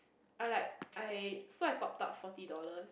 I like I so I topped up forty dollars